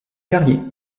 carrier